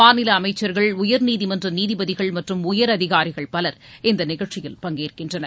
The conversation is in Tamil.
மாநில அமைச்சர்கள் உயர்நீதிமன்ற நீதிபதிகள் மற்றும் உயரதிகாரிகள் பலர் இந்த நிகழ்ச்சியில் பங்கேற்கின்றனர்